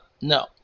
no